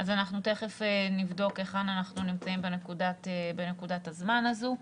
תיכף נבדוק היכן אנחנו נמצאים בנקודת הזמן הזאת.